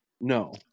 No